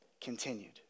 continued